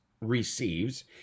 receives